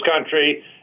country